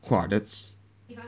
!wah! that's